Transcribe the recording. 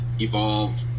evolve